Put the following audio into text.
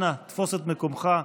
אנא תפוס את מקומך.